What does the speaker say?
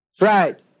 right